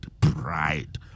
pride